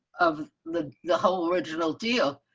of the, the whole original deal.